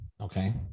okay